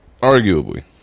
arguably